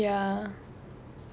how ya